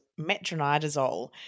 metronidazole